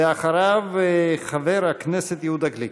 אחריו, חבר הכנסת יהודה גליק.